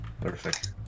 Perfect